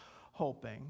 hoping